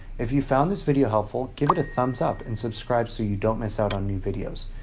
if you found this video helpful, give it a thumbs up and subscribe so you don't miss out on new videos.